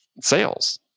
sales